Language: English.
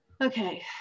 Okay